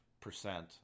percent